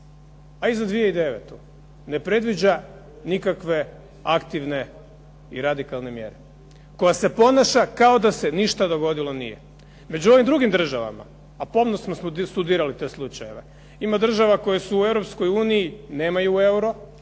a i za 2009. ne predviđa nikakve aktivne i radikalne mjere. Koja se ponaša kao da se ništa dogodilo nije. Među ovim drugim državama, a pomno smo studirali te slučajeve, ima država koje su u Europskoj